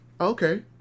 Okay